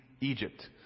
Egypt